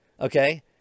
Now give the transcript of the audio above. Okay